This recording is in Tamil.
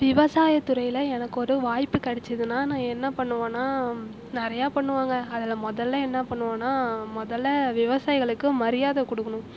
விவசாயத்துறையில் எனக்கு ஒரு வாய்ப்பு கெடச்சுதுன்னா நான் என்ன பண்ணுவேன்னா நிறைய பண்ணுவேங்க அதில் முதல்ல என்ன பண்ணுவேன்னா முதல்ல விவசாயிகளுக்கு மரியாதை கொடுக்கணும்